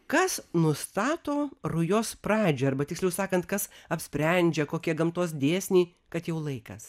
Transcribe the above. kas nustato rujos pradžią arba tiksliau sakant kas apsprendžia kokie gamtos dėsniai kad jau laikas